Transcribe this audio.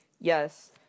yes